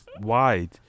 wide